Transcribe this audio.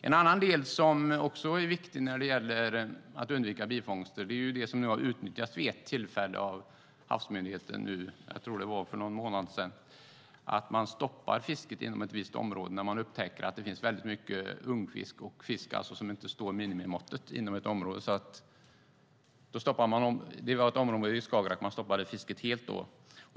En annan del som är viktig när det gäller att undvika bifångster är det som har utnyttjats vid ett tillfälle av Havs och vattenmyndigheten - jag tror det var för en månad sedan - nämligen att stoppa fisket inom ett visst område när man upptäcker att där finns väldigt mycket ungfisk och fisk som inte håller minimimåttet. Det var ett område i Skagerrak där man stoppade fisket helt.